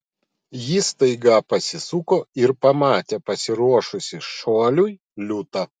jis staiga pasisuko ir pamatė pasiruošusį šuoliui liūtą